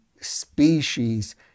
species